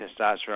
testosterone